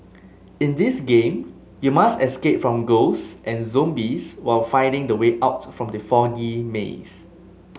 in this game you must escape from ghosts and zombies while finding the way out from the foggy maze